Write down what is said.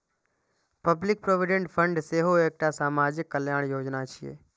public provident fund सेहो एकटा सामाजिक कल्याण योजना छियै